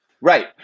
Right